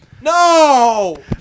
No